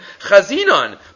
Chazinon